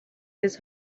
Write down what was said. his